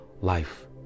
life